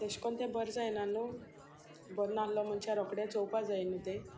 तेशें कोन्न तें बरें जायना न्हू बरें नासललो मनशां रोखडें चोवपा जाय न्हू तें